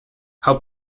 how